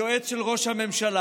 היועץ של ראש הממשלה,